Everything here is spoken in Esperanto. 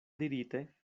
dirite